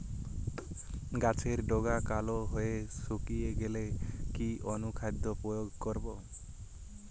গাছের ডগা কালো হয়ে শুকিয়ে গেলে কি অনুখাদ্য প্রয়োগ করব?